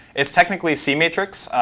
it's technically cmatrix.